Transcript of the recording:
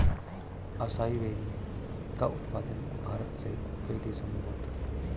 acai berry का उत्पादन भारत सहित कई देशों में होता है